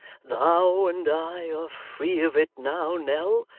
thou and i are free of it now, nell.